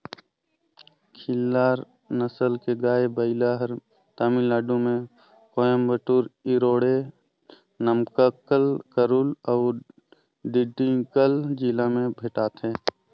खिल्लार नसल के गाय, बइला हर तमिलनाडु में कोयम्बटूर, इरोडे, नमक्कल, करूल अउ डिंडिगल जिला में भेंटाथे